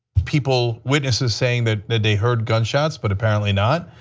people, witnesses saying that they they heard gunshots but apparently not.